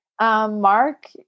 Mark